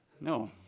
No